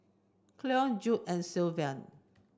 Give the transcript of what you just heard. Cleon Jude and Sylvan